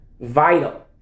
vital